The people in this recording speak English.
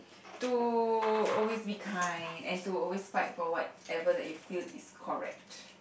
to always be kind and to always fight for whatever that you feel is correct